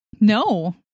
No